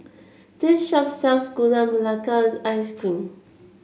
this shop sells Gula Melaka Ice Cream